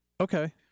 Okay